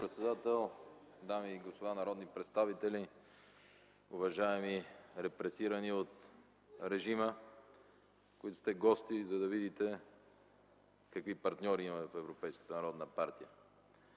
дами и господа народни представители, уважаеми репресирани от режима, които сте гости, за да видите какви партньори имаме в Европейската народна партия!